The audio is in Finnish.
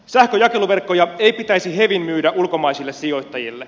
sähkönjakeluverkkoja ei pitäisi hevin myydä ulkomaisille sijoittajille